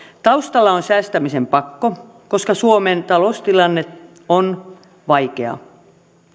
taustalla on säästämisen pakko koska suomen taloustilanne on vaikea